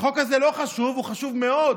החוק הזה לא חשוב, הוא חשוב מאוד.